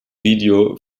video